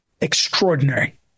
extraordinary